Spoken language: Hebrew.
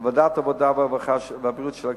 לוועדת העבודה, הרווחה והבריאות של הכנסת.